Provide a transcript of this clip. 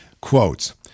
Quotes